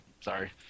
sorry